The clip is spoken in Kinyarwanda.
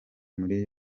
muri